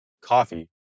coffee